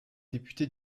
députés